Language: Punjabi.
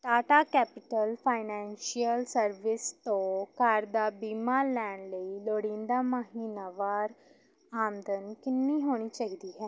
ਟਾਟਾ ਕੈਪੀਟਲ ਫਾਈਨੈਸ਼ੀਅਲ ਸਰਵਿਸ ਤੋਂ ਘਰ ਦਾ ਬੀਮਾ ਲੈਣ ਲਈ ਲੋੜੀਂਦਾ ਮਹੀਨਾਵਾਰ ਆਮਦਨ ਕਿੰਨੀ ਹੋਣੀ ਚਾਹੀਦੀ ਹੈ